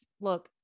Look